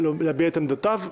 להביע את עמדותיו,